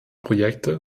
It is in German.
projekte